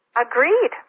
Agreed